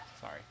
Sorry